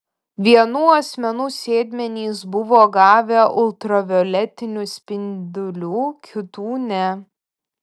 vienų asmenų sėdmenys buvo gavę ultravioletinių spindulių kitų ne